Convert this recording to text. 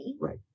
right